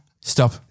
Stop